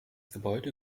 gebäude